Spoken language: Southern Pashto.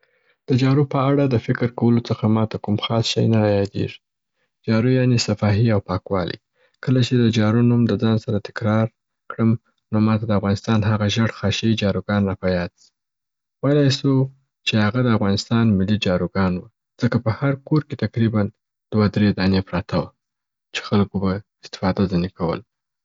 د جارو په اړه د فکر کولو څخه ماته کوم خاص شي نه را یادیږي. جارو یعني صفاحې او پاکوالي. کله چې د جارو نوم د ځان سره تکرار کړم نو ماته د افغانستان هغه ژیړ خاشيي جاروګان را په یاد سي. ویلای سو چې هغه د افغانستان ملي جاروګان وه ځکه په هر کور کې تقریباً دوه درې دانې پراته وه چي خلګو به استفاده ځیني کول.